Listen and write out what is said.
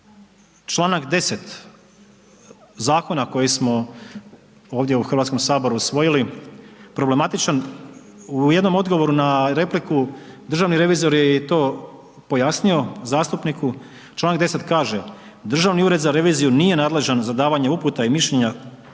članak 10. zakona ovdje koji smo ovdje u Hrvatskom saboru usvojili problematičan. U jednom odgovoru na repliku državni revizor je i to pojasni zastupniku. Članak 10. kaže, Državni ured za reviziju nije nadležan za davanje uputa i mišljenja